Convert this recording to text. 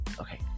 Okay